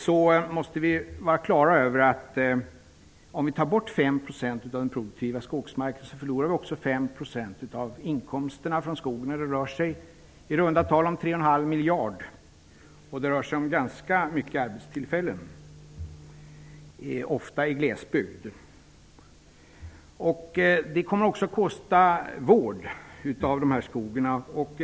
Vi måste vara klara över att om vi tar bort 5 % av den produktiva skogsmarken så förlorar vi också 5 % av inkomsterna från skogen. Det rör sig i runt tal om tre och en halv miljard. Det rör sig dessutom om ganska många arbetstillfällen, ofta i glesbygd. Också vården av dessa skogsområden kommer att kosta.